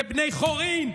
כבני חורין,